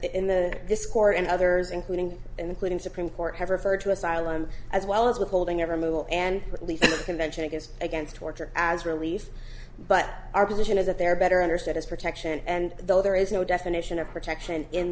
that this court and others including including supreme court have referred to asylum as well as withholding every move and at least a convention against against torture as released but our position is that they're better understood as protection and though there is no definition of protection in